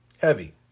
Heavy